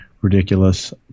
ridiculous